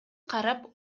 карап